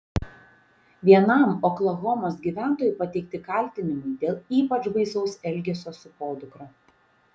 vienam oklahomos gyventojui pateikti kaltinimai dėl ypač baisaus elgesio su podukra